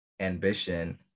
ambition